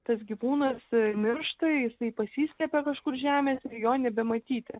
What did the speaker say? tas gyvūnas miršta jisai pasislepia kažkur žemėse ir jo nebematyti